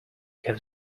have